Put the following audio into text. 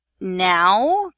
now